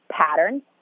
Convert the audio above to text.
patterns